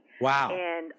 Wow